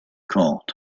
called